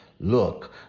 Look